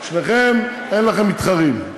שניכם, אין לכם מתחרים.